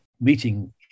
meeting